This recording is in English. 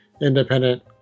independent